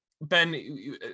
Ben